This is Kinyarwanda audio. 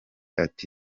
ati